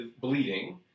bleeding